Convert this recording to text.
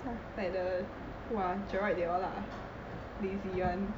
like the !wah! gerald they all lah lazy [one]